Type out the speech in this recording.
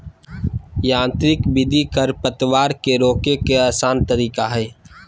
यांत्रिक विधि खरपतवार के रोके के आसन तरीका हइ